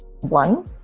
one